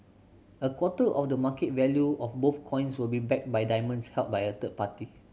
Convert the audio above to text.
a quarter of the market value of both coins will be backed by diamonds held by a third party